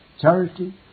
Charity